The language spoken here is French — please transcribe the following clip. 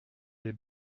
les